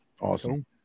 awesome